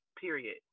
Period